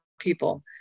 people